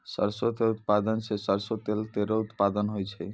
सरसों क उत्पादन सें सरसों तेल केरो उत्पादन होय छै